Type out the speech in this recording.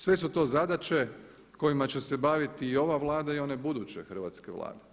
Sve su to zadaće kojima će se baviti i ova Vlada i one buduće hrvatske Vlade.